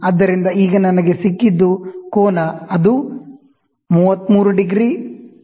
ಆದ್ದರಿಂದ ಈಗ ನನಗೆ ಸಿಕ್ಕಿದ್ದು ಕೋನ ಅದು 33 ° 9' 15 "